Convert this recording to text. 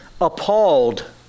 appalled